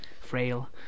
frail